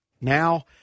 now